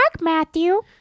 matthew